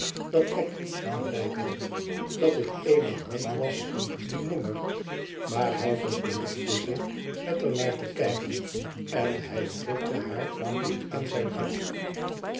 dat wegg gelijk had dat het eene hand was die nimmer maar hij vergenoegde zich met er naar te kijkenen hij drukte haar niet aan zijn hart